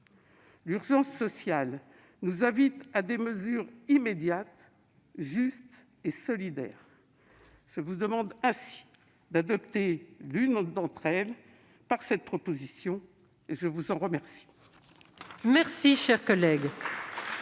L'urgence sociale nous invite à des mesures immédiates, justes et solidaires. Je vous demande d'adopter l'une d'elles en votant cette proposition de loi. La parole